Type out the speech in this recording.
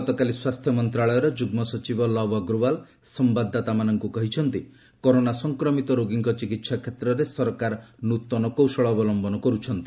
ଗତକାଲି ସ୍ୱାସ୍ଥ୍ୟ ମନ୍ତ୍ରଣାଳୟର ଯୁଗ୍ମ ସଚିବ ଲବ୍ ଅଗ୍ରଓ୍ୱାଲ ସମ୍ଭାଦଦାତାମାନଙ୍କୁ କହିଛନ୍ତି କରୋନା ସଂକ୍ରମିତ ରୋଗୀଙ୍କ ଚିକିତ୍ସା କ୍ଷେତ୍ରରେ ସରକାର ନୃତନ କୌଶଳ ଅବଲମ୍ଭନ କରୁଛନ୍ତି